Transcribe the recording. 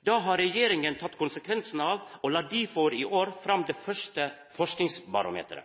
Det har regjeringa teke konsekvensen av og la difor i år fram det første